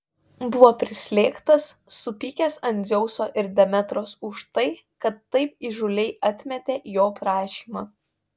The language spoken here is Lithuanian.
buvo prislėgtas supykęs ant dzeuso ir demetros už tai kad taip įžūliai atmetė jo prašymą